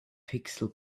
pixel